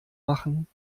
machen